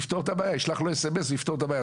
או ישלח לו SMS ויפתור את הבעיה.